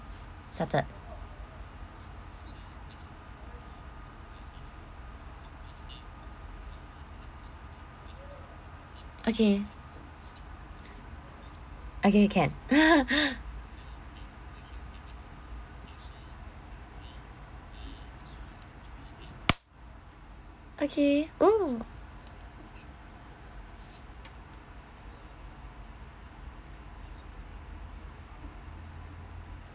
started okay okay can okay oh